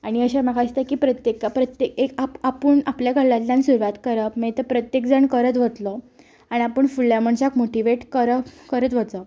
आनी अशें म्हाका दिसता की प्रत्येकान प्रत्येका आ आपूण आपणा कडल्यातल्यान सुरवात करप मागीर ते प्रत्येक जाण करत वतलो आनी आपूण फुडल्या मनशाक मोटीवेट करप करत वचप